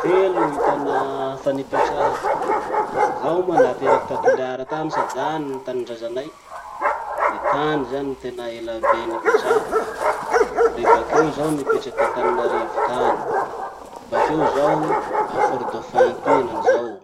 Telo gny tanà fa nipetrahako. Zaho moa nateraky ta toliara tany sady any tanindrazanay. Le tany zany ny tena elabe nipetrahako. Le bakeo zaho nipetraky ta tananarivo tany. Bakeo zaho a fort-dauphin atoy henany zao.